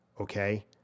Okay